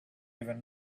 even